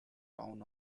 town